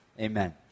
amen